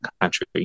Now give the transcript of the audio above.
country